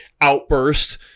outburst